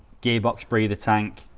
gearbox breather tank